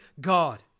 God